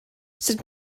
sut